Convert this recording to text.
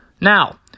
Now